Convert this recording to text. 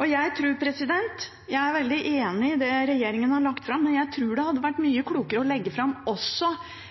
lenger. Jeg er veldig enig i det regjeringen har lagt fram, men jeg tror det hadde vært mye klokere å legge fram